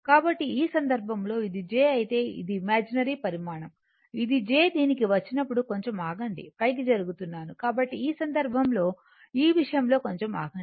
కాబట్టి ఆ సందర్భంలో ఇది j అయితే ఇది ఇమాజినరీ పరిమాణం ఇది j దీనికి వచ్చినప్పుడు కొంచెం ఆగండి పైకి జరుపుతున్నాను కాబట్టి ఈ సందర్భంలో ఈ విషయంలో కొంచెం ఆగండి